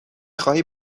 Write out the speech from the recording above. خواهی